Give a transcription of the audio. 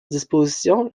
disposition